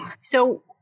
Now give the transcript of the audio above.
So-